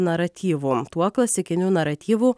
naratyvu tuo klasikiniu naratyvu